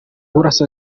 burasa